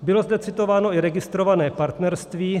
Bylo zde citováno i registrované partnerství.